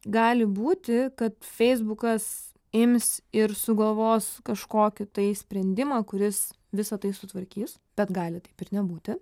gali būti kad feisbukas ims ir sugalvos kažkokį tai sprendimą kuris visa tai sutvarkys bet gali taip ir nebūti